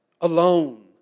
alone